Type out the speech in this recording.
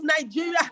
Nigeria